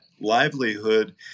livelihood